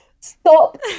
stop